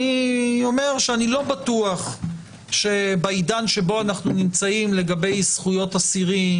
אני לא בטוח שבעידן שבו אנחנו נמצאים לגבי זכויות אסירים,